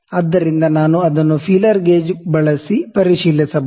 ಆದ್ದರಿಂದ ನಾನು ಅದನ್ನು ಫೀಲರ್ ಗೇಜ್ ಬಳಸಿ ಪರಿಶೀಲಿಸಬಹುದು